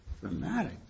Dramatic